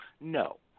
No